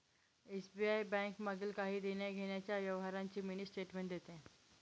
SBI bank मागील काही देण्याघेण्याच्या व्यवहारांची मिनी स्टेटमेंट देते